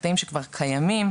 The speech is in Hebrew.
הקטעים שכבר קיימים,